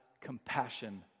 compassion